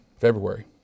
February